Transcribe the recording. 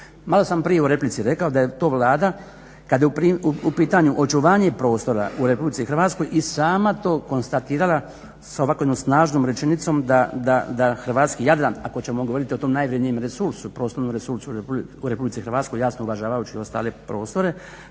Malo sam prije u replici rekao da je to Vlada kad je u pitanju očuvanje prostora u RH i sama to konstatirala s ovako jednom snažnom rečenicom da Hrvatski jadran, ako ćemo govoriti o tom najvrjednijem resursu, prostornom resursu u RH, jasno uvažavajući ostale prostore.